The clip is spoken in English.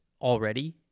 already